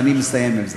ואני מסיים בזה.